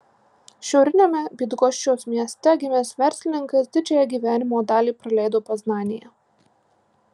šiauriniame bydgoščiaus mieste gimęs verslininkas didžiąją gyvenimo dalį praleido poznanėje